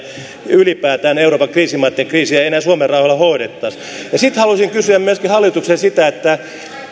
ylipäätään siihen että euroopan kriisimaiden kriisejä ei enää suomen rahoilla hoidettaisi sitten haluaisin kysyä myöskin hallitukselta sitä